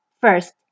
First